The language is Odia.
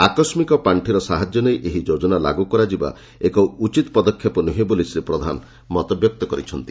ଆକସ୍କିକ ପାଶିର ସାହାଯ୍ୟ ନେଇ ଏହି ଯୋଜନା ଲାଗୁ କରାଯିବା ଏକ ଉଚିତ୍ ପଦକ୍ଷେପ ନୁହେଁ ବୋଲି ଶ୍ରୀ ପ୍ରଧାନ ମତବ୍ୟକ୍ତ କରିଛନ୍ତି